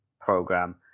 program